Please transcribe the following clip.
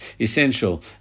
essential